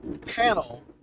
panel